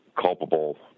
culpable